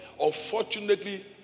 unfortunately